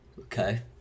Okay